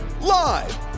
Live